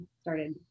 started